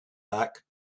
back